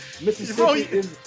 Mississippi